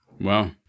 Wow